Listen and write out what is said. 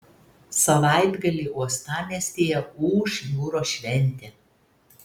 savaitgalį uostamiestyje ūš jūros šventė